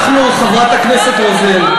אנחנו, חברת הכנסת רוזין,